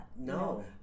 no